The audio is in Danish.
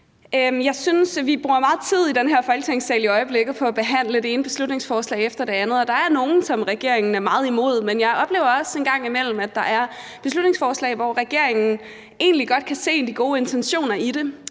vi bruger meget tid i den her Folketingssal i øjeblikket på at behandle det ene beslutningsforslag efter det andet. Og der er nogle, som regeringen er meget imod, men jeg oplever også en gang imellem, at der er beslutningsforslag, som regeringen egentlig godt kan se de gode intentioner i.